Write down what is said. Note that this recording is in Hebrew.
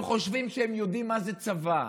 הם חושבים שהם יודעים מה זה צבא,